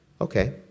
Okay